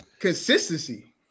Consistency